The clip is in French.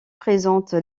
présente